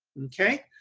okay?